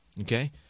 okay